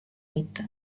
võita